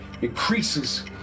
increases